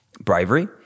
bravery